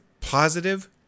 positive